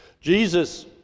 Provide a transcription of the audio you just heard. Jesus